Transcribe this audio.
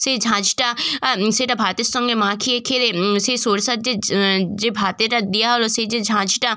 সেই ঝাঁঝটা আ সেটা ভাতের সঙ্গে মাখিয়ে খেলে সেই সরষের যে ঝ্ যে ভাতে ওটা দেওয়া হলো সেই যে ঝাঁঝটা